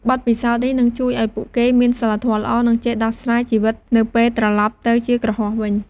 បទពិសោធន៍នេះនឹងជួយឱ្យពួកគេមានសីលធម៌ល្អ និងចេះដោះស្រាយជីវិតនៅពេលត្រឡប់ទៅជាគ្រហស្ថវិញ។